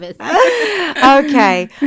Okay